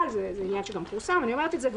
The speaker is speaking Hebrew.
אני סומכת עלייך.